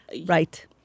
Right